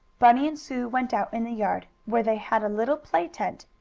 bunny and sue went out in the yard, where they had a little play-tent,